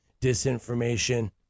disinformation